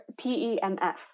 PEMF